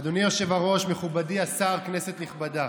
אדוני היושב-ראש, מכובדי השר, כנסת נכבדה,